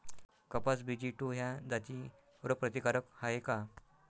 कपास BG two ह्या जाती रोग प्रतिकारक हाये का?